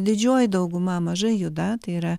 didžioji dauguma mažai juda tai yra